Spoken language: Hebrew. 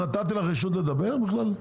נתתי לך רשות לדבר בכלל?